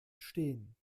stehen